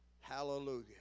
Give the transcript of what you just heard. Hallelujah